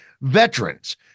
veterans